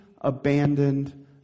abandoned